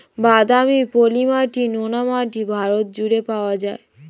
বাদামি, পলি মাটি, নোনা মাটি ভারত জুড়ে পাওয়া যায়